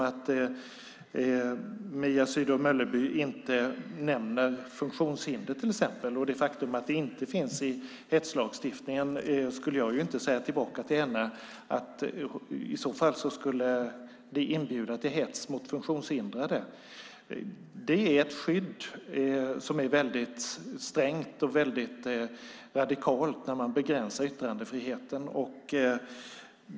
Att Mia Sydow Mölleby inte nämner funktionshinder och det faktum att det inte finns med i hetslagstiftningen gör inte att jag kastar tillbaka att det skulle inbjuda till hets mot funktionshindrade. Det är ett skydd som är strängt och radikalt när man begränsar yttrandefriheten.